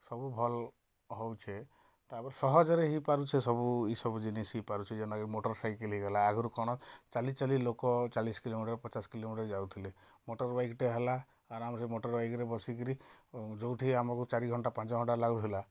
ସବୁ ଭଲ ହେଉଛି ତା'ପରେ ସହଜରେ ହେଇପାରୁଛି ସବୁ ଏଇସବୁ ଜିନିଷ ହେଇପାରୁଛି ଯେନ୍ତା କି ମୋଟର୍ ସାଇକେଲ ହେଇଗଲା ଆଗରୁ କ'ଣ ଚାଲି ଚାଲି ଲୋକ ଚାଳିଶ କିଲୋମିଟର ପଚାଶ କିଲୋମିଟର ଯାଉଥିଲେ ମୋଟର୍ ବାଇକ୍ଟେ ହେଲା ଆରାମରେ ମୋଟର୍ ବାଇକ୍ରେ ବସି କରି ଯେଉଁଠି ଆମକୁ ଚାରି ଘଣ୍ଟା ପାଞ୍ଚ ଘଣ୍ଟା ଲାଗୁଥିଲା